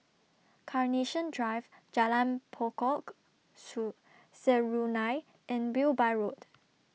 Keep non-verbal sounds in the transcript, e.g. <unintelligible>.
Carnation Drive Jalan Pokok <unintelligible> Serunai and Wilby Road